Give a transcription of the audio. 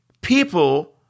People